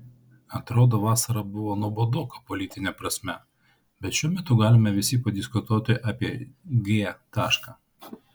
atrodo vasara buvo nuobodoka politine prasme bet šiuo metu galime visi padiskutuoti apie g tašką